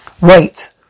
Wait